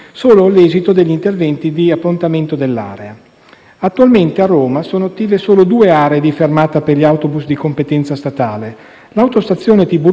Attualmente a Roma sono attive solo due aree di fermata per gli autobus di competenza statale, l'autostazione Tiburtina e la fermata di Anagnina.